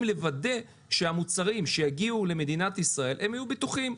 לוודא שהמוצרים שיגיעו למדינת ישראל יהיו בטוחים.